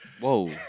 Whoa